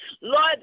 Lord